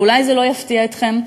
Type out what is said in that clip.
ואולי זה לא יפתיע אתכם,